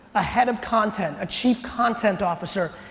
a head of content, a chief content officer,